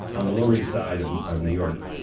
on the lower east side of and of new york,